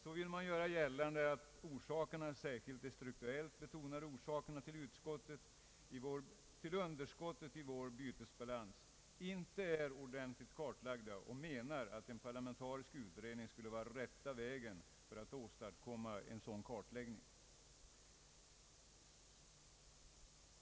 Så vill man göra gällande att orsakerna, särskilt de strukturellt betonade, till underskottet i vår bytesbalans inte är ordentligt kartlagda och menar att en parlamentarisk utredning skulle vara rätta vägen att åstadkomma en sådan kartläggning.